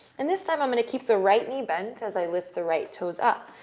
and this time i'm going to keep the right knee bent as i lift the right toes up.